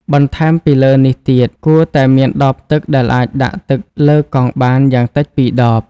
បន្ថែមពីលើនេះទៀត គួរតែមានដបទឹកដែលអាចដាក់លើកង់បានយ៉ាងតិច ២ ដប។